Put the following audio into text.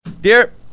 Dear